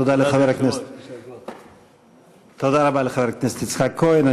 תודה רבה לחבר הכנסת יצחק כהן.